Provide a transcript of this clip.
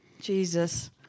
Jesus